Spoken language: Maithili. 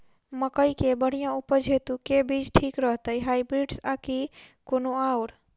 मकई केँ बढ़िया उपज हेतु केँ बीज ठीक रहतै, हाइब्रिड आ की कोनो आओर?